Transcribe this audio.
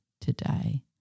today